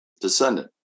descendant